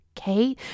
Okay